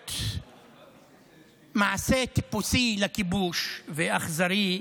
באמצעות מעשה טיפוסי לכיבוש ואכזרי,